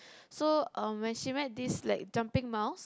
so um when she met this like jumping mouse